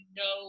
no